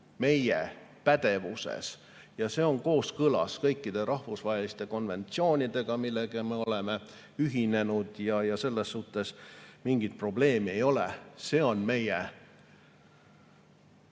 meie pädevuses ja see on kooskõlas kõikide rahvusvaheliste konventsioonidega, millega me oleme ühinenud, ja selles suhtes mingit probleemi ei ole. See on meie